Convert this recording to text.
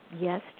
Yes